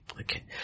Okay